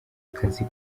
kazi